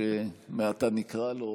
מעתה נקרא לו.